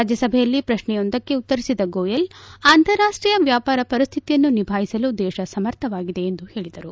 ರಾಜ್ಯಸಭೆಯಲ್ಲಿ ಪ್ರಶ್ನೆಯೊಂದಕ್ಕೆ ಉತ್ತರಿಸಿದ ಗೋಯಲ್ ಅಂತಾರಾಷ್ಟೀಯ ವ್ಯಾಪಾರ ಪರಿಸ್ಥಿತಿಯನ್ನು ನಿಭಾಯಿಸಲು ದೇಶ ಸಮರ್ಥವಾಗಿದೆ ಎಂದು ಹೇಳಿದರು